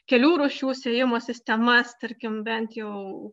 kelių rūšių sėjimo sistemas tarkim bent jau